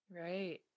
Right